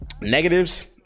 Negatives